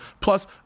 plus